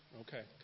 okay